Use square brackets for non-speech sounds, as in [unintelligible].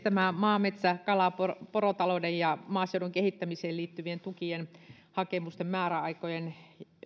[unintelligible] tämä maa metsä kala porotalouden ja maaseudun kehittämiseen liittyvien tukien hakemusten määräaikojen